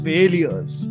Failures